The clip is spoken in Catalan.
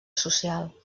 social